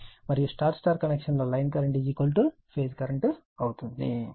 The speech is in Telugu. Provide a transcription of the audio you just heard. మరియు Y Y కనెక్షన్ లో లైన్ కరెంట్ ఫేజ్ కరెంట్ అవుతుంది